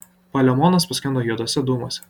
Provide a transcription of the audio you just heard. palemonas paskendo juoduose dūmuose